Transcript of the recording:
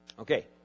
Okay